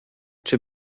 czy